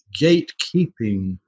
gatekeeping